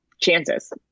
chances